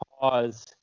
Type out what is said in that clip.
pause